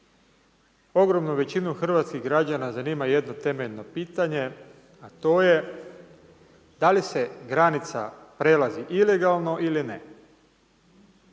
ogromnu većinu hrvatskih građana zanima jedno temeljno pitanje a to je da li se granica prelazi ilegalno ili ne.